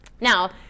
Now